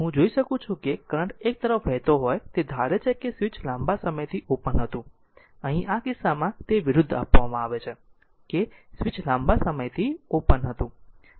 હું જોઈ શકું છું કે કરંટ એક તરફ વહેતો હોય તે ધારે છે કે સ્વીચ લાંબા સમયથી ઓપન હતું અહીં આ કિસ્સામાં તે વિરુદ્ધ આપવામાં આવે છે કે સ્વીચ લાંબા સમયથી ઓપન હતું